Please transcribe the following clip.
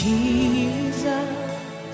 Jesus